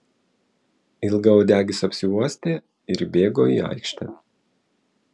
ilgauodegis apsiuostė ir įbėgo į aikštę